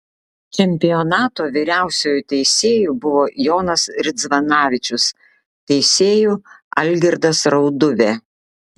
čempionato vyriausiuoju teisėju buvo jonas ridzvanavičius teisėju algirdas rauduvė